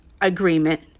agreement